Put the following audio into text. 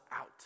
out